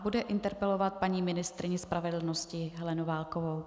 Bude interpelovat paní ministryni spravedlnosti Helenu Válkovou.